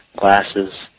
glasses